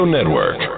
Network